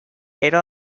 era